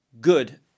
good